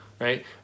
right